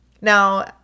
Now